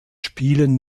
spielen